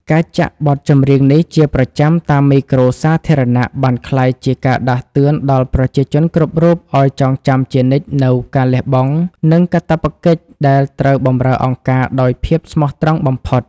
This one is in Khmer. ការចាក់បទចម្រៀងនេះជាប្រចាំតាមមេក្រូសាធារណៈ បានក្លាយជាការដាស់តឿនដល់ប្រជាជនគ្រប់រូបឲ្យចងចាំជានិច្ចនូវការលះបង់ និងកាតព្វកិច្ចដែលត្រូវបម្រើអង្គការដោយភាពស្មោះត្រង់បំផុត។